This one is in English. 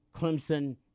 Clemson